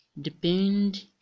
depend